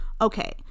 Okay